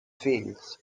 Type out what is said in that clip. fills